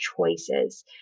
choices